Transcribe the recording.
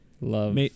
love